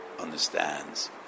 understands